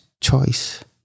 choice